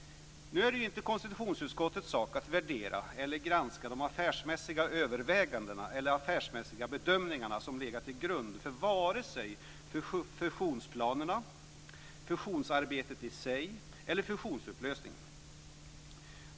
Nu är det inte konstitutionsutskottets sak att värdera eller granska de affärsmässiga bedömningar som legat till grund för vare sig fusionsplanerna, fusionsarbetet i sig eller fusionsupplösningen.